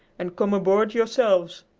and come aboard yourselves.